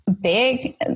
big